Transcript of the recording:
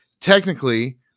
technically